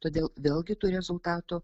todėl vėlgi tų rezultatų